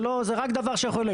זה רק דבר שיכול להועיל.